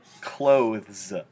Clothes